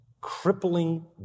crippling